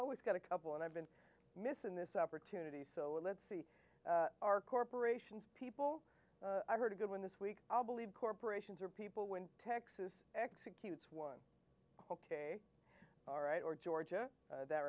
always got a couple and i've been missing this opportunity so let's see our corporations people i've heard a good one this week i'll believe corporations are people when texas executes one ok all right or georgia that